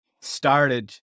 started